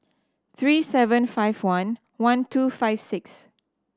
three seven five one one two five six